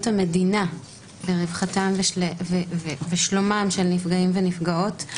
המדינה לרווחתם ולשלומם של נפגעים ושל נפגעות.